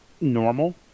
normal